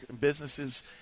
Businesses